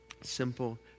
simple